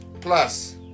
plus